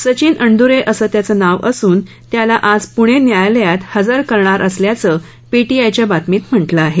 सचिन अणदूरे असं त्याचं नाव असून त्याला आज पूणे न्यायालयात हजर करणार असल्याचं पीटीआयच्या बातमीत म्हटलं आहे